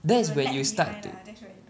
that's where you start to